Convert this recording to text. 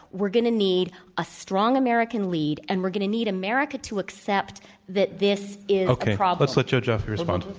we're going to need a strong american lead and we're going to need america to accept that this is a problem. oh, let's let joe joffe respond.